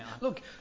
Look